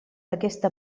aquesta